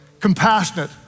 compassionate